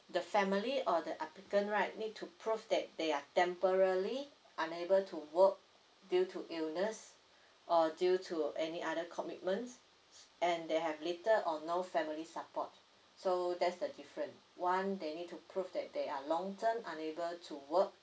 the family or the applicant right need to prove that they are temporally unable to work due to illness or due to any other commitments and they have later or no family support so that's the different one they need to prove that they are long term unable to work